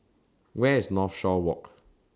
Where IS Northshore Walk